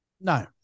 No